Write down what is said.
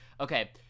okay